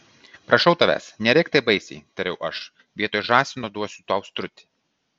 prašau tavęs nerėk taip baisiai tariau aš vietoj žąsino duosiu tau strutį